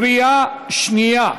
בקריאה שנייה.